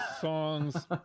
Songs